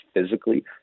physically